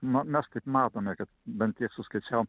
na mes kaip matome kad bent tiek suskaičiavom